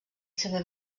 seva